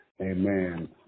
amen